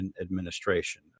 administration